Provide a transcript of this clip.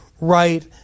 right